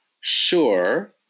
sure